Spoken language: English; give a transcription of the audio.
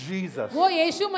Jesus